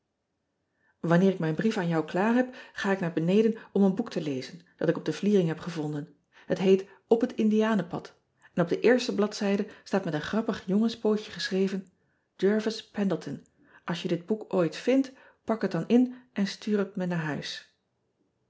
anneer ik mijn brief aan jou klaar heb ga ik naar beneden om een boek te lezen dat ik op de vliering heb gevonden ot heet p het ndianenpad en op de eerste bladzijde staat met een grappig jongenspootje geschreven ervis endleton ls je dit boek ooit vindt ak het dan in en stuur het me naar huis